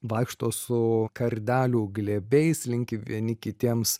vaikšto su kardelių glėbiais linki vieni kitiems